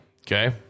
Okay